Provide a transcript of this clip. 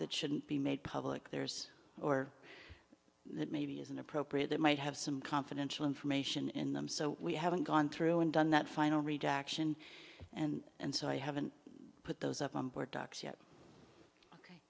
that shouldn't be made public there's or that maybe isn't appropriate that might have some confidential information in them so we haven't gone through and done that final redaction and so i haven't put those up on board docs yet